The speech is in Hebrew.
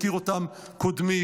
הזכיר אותן קודמי,